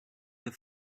the